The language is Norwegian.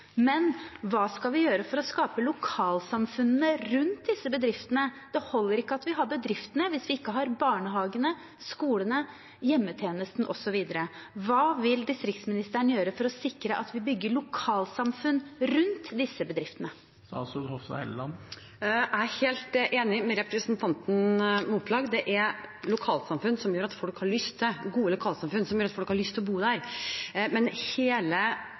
men hva skal vi gjøre for å skape lokalsamfunnene rundt disse bedriftene? Det holder ikke at vi har bedriftene hvis vi ikke har barnehagene, skolene, hjemmetjenesten, osv. Hva vil distriktsministeren gjøre for å sikre at vi bygger lokalsamfunn rundt disse bedriftene? Jeg er helt enig med representanten Moflag. Det er lokalsamfunn, gode lokalsamfunn, som gjør at folk har lyst til å bo der. Men hele utgangspunktet er at